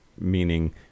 meaning